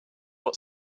what